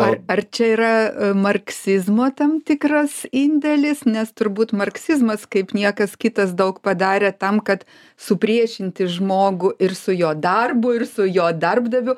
ar ar čia yra marksizmo tam tikras indėlis nes turbūt marksizmas kaip niekas kitas daug padarė tam kad supriešinti žmogų ir su jo darbu ir su jo darbdaviu